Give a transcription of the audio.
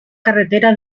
carretera